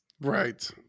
Right